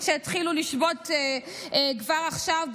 שהתחילו לשבות כבר עכשיו,